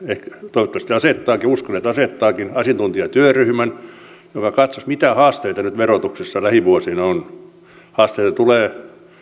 toivottavasti asettaakin uskon että asettaakin asiantuntijatyöryhmä joka katsoisi mitä haasteita nyt verotuksessa lähivuosina on haasteita tulee